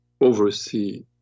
oversee